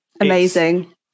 amazing